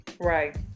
Right